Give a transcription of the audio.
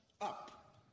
up